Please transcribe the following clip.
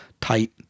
tight